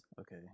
Okay